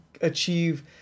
achieve